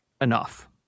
enough